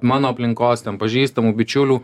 mano aplinkos ten pažįstamų bičiulių